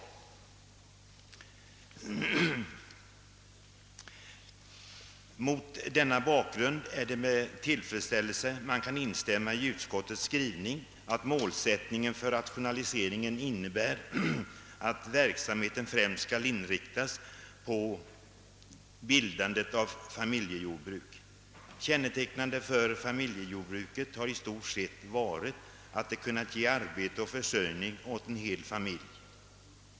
Mot denna bakgrund är det med tillfredsställelse man kan instämma i utskottets skrivning »att målsättningen för rationaliseringen innebär att verksamheten främst skall inriktas på bildandet av familjejordbruk». Kännetecknande för familjejordbruket har i stort sett varit att det kunnat ge arbete och försörjning åt en hel familj.